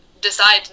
decide